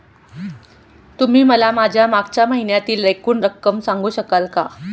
तुम्ही मला माझ्या मागच्या महिन्यातील एकूण रक्कम सांगू शकाल का?